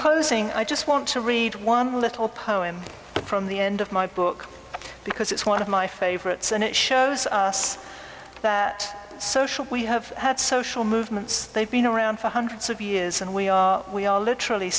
closing i just want to read one little poem from the end of my book because it's one of my favorites and it shows us that social we have had social movements they've been around for hundreds of years and we are we are literally